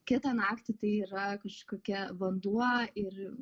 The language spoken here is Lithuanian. kitą naktį tai yra kažkokia vanduo ir